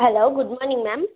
hello good morning ma'am